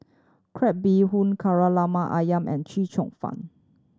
crab bee hoon Kari Lemak Ayam and Chee Cheong Fun